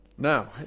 Now